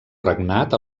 regnat